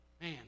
Man